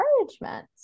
encouragement